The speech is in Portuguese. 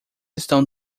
estão